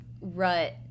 rut